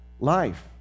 life